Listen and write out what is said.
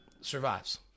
Survives